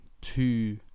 two